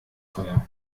feuer